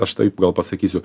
aš taip gal pasakysiu